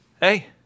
Hey